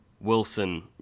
Wilson